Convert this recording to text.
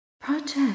project